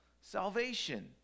salvation